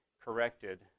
corrected